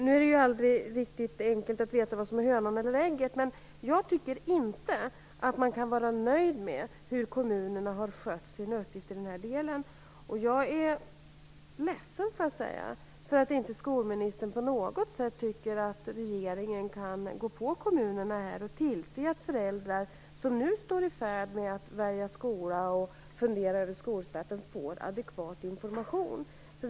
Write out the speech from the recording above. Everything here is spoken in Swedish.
Det är ofta inte lätt att veta vad som kom först, hönan eller ägget, men jag tycker inte att man kan vara nöjd med hur kommunerna har skött sin uppgift i den här delen. Jag är ledsen för att skolministern inte på något sätt tycker att regeringen kan stöta på kommunerna och tillse att föräldrar som nu är i färd med att välja skola och fundera över skolstarten får adekvat information.